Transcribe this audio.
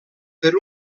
per